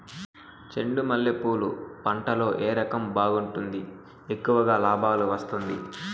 చెండు మల్లె పూలు పంట లో ఏ రకం బాగుంటుంది, ఎక్కువగా లాభాలు వస్తుంది?